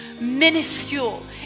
minuscule